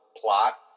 plot